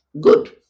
good